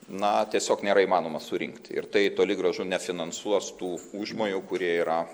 na tiesiog nėra įmanoma surinkti ir tai toli gražu nefinansuos tų užmojų kurie yra